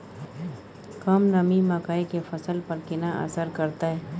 कम नमी मकई के फसल पर केना असर करतय?